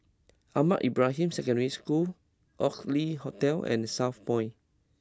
Ahmad Ibrahim Secondary School Oxley Hotel and Southpoint